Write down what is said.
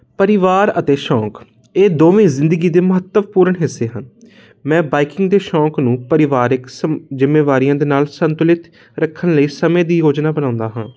ਪਰਿਵਾਰ ਅਤੇ ਸ਼ੌਂਕ ਇਹ ਦੋਵੇਂ ਜ਼ਿੰਦਗੀ ਦੇ ਮਹੱਤਵਪੂਰਨ ਹਿੱਸੇ ਹਨ ਮੈਂ ਬਾਈਕਿੰਗ ਦੇ ਸ਼ੌਂਕ ਨੂੰ ਪਰਿਵਾਰਿਕ ਸਮ ਜ਼ਿੰਮੇਵਾਰੀਆਂ ਦੇ ਨਾਲ ਸੰਤੁਲਿਤ ਰੱਖਣ ਲਈ ਸਮੇਂ ਦੀ ਯੋਜਨਾ ਬਣਾਉਂਦਾ ਹਾਂ